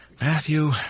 Matthew